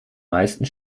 meisten